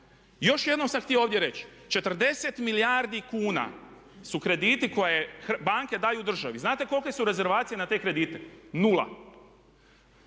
Još jednom sam htio ovdje reći, 40 milijardi kuna su krediti koje banke daju državi. Znate kolike su rezervacije na te kredite? Nula.